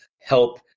help